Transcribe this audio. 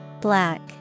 Black